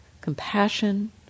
compassion